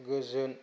गोजोन